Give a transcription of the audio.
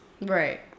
right